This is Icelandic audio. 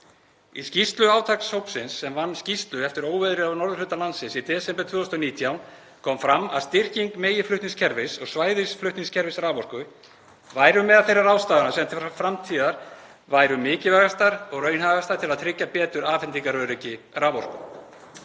Í skýrslu átakshópsins sem vann skýrslu eftir óveðrið á norðurhluta landsins í desember 2019 kom fram að styrking meginflutningskerfis og svæðisflutningskerfis raforku væru meðal þeirra ráðstafana sem til framtíðar væru mikilvægastar og raunhæfastar til að tryggja betur afhendingaröryggi raforku.